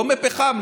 לא מפחם,